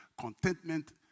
contentment